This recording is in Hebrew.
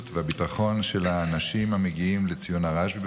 והביטחון של האנשים המגיעים לציון הרשב"י,